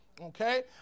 Okay